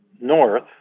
north